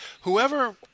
whoever